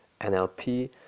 nlp